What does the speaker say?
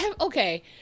okay